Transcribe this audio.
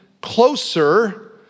closer